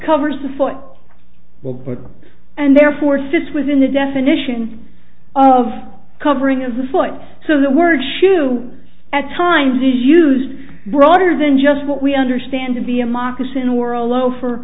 covers the for what part and therefore fits within the definition of covering is a foot so the word shoe at times used broader than just what we understand to be a moccasin or a loafer